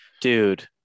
Dude